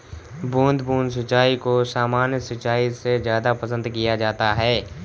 बूंद बूंद सिंचाई को सामान्य सिंचाई से ज़्यादा पसंद किया जाता है